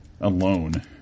alone